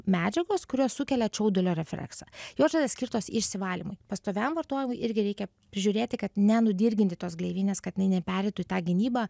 medžiagos kurios sukelia čiaudulio refleksą jos yra skirtos išsivalymui pastoviam vartojimui irgi reikia prižiūrėti kad nenudirginti tos gleivinės kad jinai nepereitų į tą gynybą